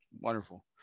wonderful